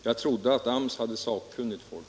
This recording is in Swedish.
Jag trodde att AMS hade sakkunnigt folk.